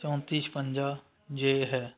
ਚੌਂਤੀ ਛਪੰਜਾ ਜੇ ਹੈ